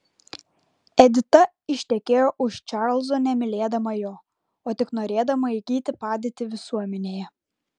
edita ištekėjo už čarlzo nemylėdama jo o tik norėdama įgyti padėtį visuomenėje